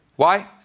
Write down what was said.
why?